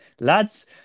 Lads